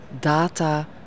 data